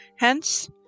Hence